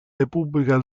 repubblica